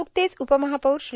नुकतेच उपमहापौर श्री